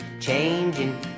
changing